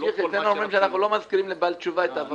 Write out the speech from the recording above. אצלנו אומרים שלא מזכירים לבעל תשובה את עברו.